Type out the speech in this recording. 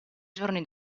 giorni